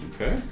Okay